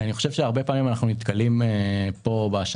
הרבה פעמים אנחנו נתקלים בשנה,